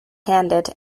handed